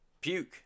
puke